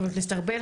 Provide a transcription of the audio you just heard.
חבר הכנסת ארבל.